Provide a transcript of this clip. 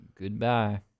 Goodbye